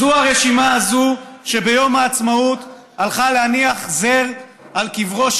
זו הרשימה הזאת שביום העצמאות הלכה להניח זר על קברו,